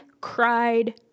cried